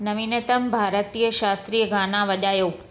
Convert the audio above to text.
नवीनतम भारतीय शास्त्रीय गाना वजायो